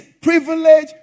privilege